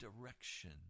direction